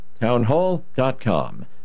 townhall.com